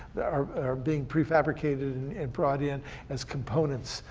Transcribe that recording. that are being prefabricated and and brought in as components,